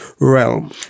realm